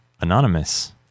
anonymous